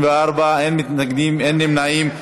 בעד, 54, אין מתנגדים, אין נמנעים.